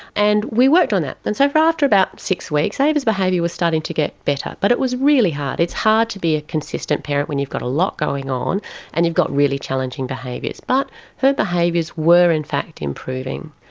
and we worked on that. and so after about six weeks, ava's behaviour was starting to get better, but it was really hard. it's hard to be a consistent parent when you've got a lot going on and you've got really challenging behaviours. but her behaviours were in fact improving.